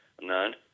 None